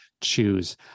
choose